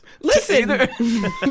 Listen